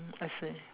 mm I see